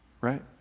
Right